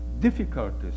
difficulties